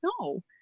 no